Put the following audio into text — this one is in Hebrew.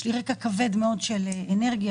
יש לי רקע כבד מאוד של אנרגיה,